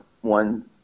one